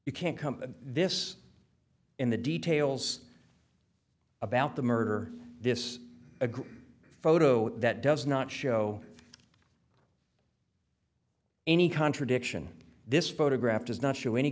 you can't come this in the details about the murder this is a group photo that does not show any contradiction this photograph does not show any